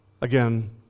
Again